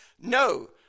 No